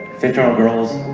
fit your own girls.